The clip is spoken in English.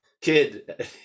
kid